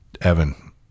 evan